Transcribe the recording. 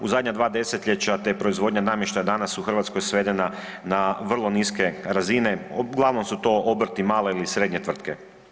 U zadnja dva desetljeća te proizvodnja namještaja danas u Hrvatskoj svedena na vrlo niske razine, uglavnom su to obrti male ili srednje tvrtke.